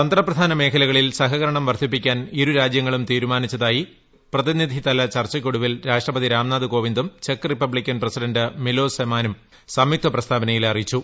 തന്ത്രപ്രധാനമേഖലകളിൽ സഹകരണം വർദ്ധിപ്പിക്കാൻ ഇരുരാജ്യങ്ങളും തീരുമാനിച്ചതായി പ്രതിനിധിതല ചർച്ചയ്ക്കൊടുവിൽ രാഷ്ട്രപതി രാംനാഥ് കോവിന്ദും ചെക്ക് റിപ്പബ്ലിക്കൻ പ്രസിഡന്റ് മിലോസ് സെമാനും സംയുക്ത പ്രസ്താവനയിൽ അറിയിച്ചു